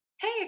hey